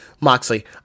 Moxley